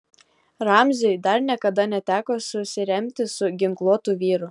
ramziui dar niekada neteko susiremti su ginkluotu vyru